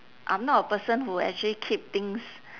I'm not a person who actually keep things